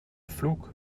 flug